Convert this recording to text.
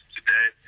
today